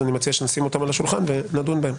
אני מציע שנשים אותן על השולחן ונדון בהן.